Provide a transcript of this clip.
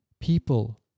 people